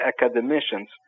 academicians